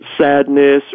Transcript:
sadness